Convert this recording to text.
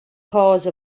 cause